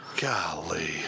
Golly